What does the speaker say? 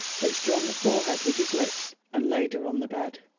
touched her on the forehead with his lips and laid her on the bed.